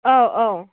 अ औ